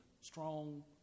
strong